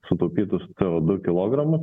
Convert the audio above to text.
sutaupytus co du kilogramus